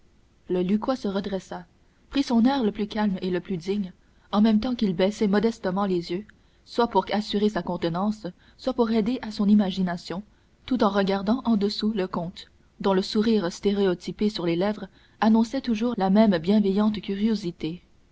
le lucquois se redressa prit son air le plus calme et le plus digne en même temps qu'il baissait modestement les yeux soit pour assurer sa contenance soit pour aider à son imagination tout en regardant en dessous le comte dont le sourire stéréotypé sur les lèvres annonçait toujours la même bienveillante curiosité